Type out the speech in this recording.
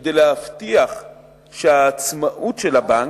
כדי להבטיח שהעצמאות של הבנק,